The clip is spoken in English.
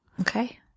okay